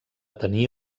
tenir